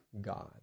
God